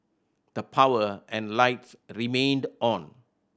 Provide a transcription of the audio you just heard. the power and lights remained on